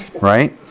Right